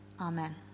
Amen